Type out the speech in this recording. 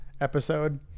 episode